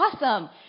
Awesome